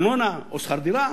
ארנונה או שכר דירה,